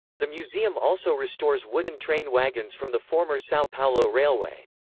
the museum also restores wooden train wagons from the former sao paulo railway.